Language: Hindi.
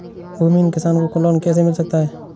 भूमिहीन किसान को लोन कैसे मिल सकता है?